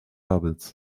bubbles